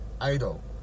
Idol